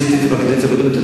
עשיתי את זה בקדנציה הקודמת.